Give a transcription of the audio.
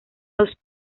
los